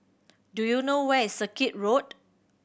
do you know where is Circuit Road